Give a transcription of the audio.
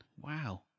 wow